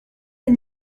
are